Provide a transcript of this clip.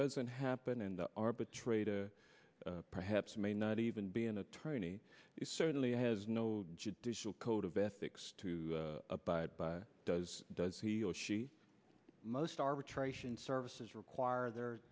doesn't happen in the arbitrator perhaps may not even be an attorney he certainly has no judicial code of ethics to abide by does does he or she most arbitration services require the